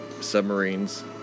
submarines